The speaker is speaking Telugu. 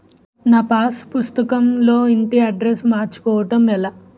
నా పాస్ పుస్తకం లో ఇంటి అడ్రెస్స్ మార్చుకోవటం ఎలా?